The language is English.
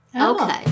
Okay